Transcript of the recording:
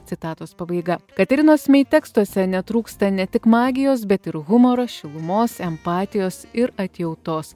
citatos pabaiga katerinos mei tekstuose netrūksta ne tik magijos bet ir humoro šilumos empatijos ir atjautos